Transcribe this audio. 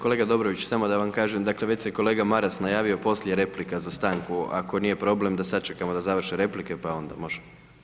Kolega Dobrović, samo da vam kažem, dakle već se kolega Maras najavio poslije replika za stanku, ako nije problem da sačekamo da završe replike pa onda može.